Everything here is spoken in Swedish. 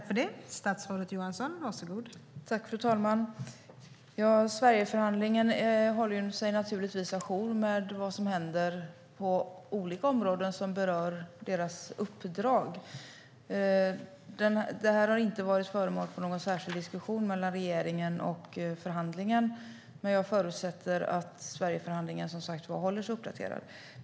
Fru talman! Sverigeförhandlingen håller sig naturligtvis à jour med vad som händer på olika områden som berör dess uppdrag. Det här har inte varit föremål för någon särskild diskussion mellan regeringen och förhandlingen, men jag förutsätter att Sverigeförhandlingen håller sig uppdaterad.